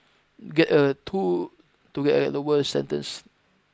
clearly a tool to get a lower sentence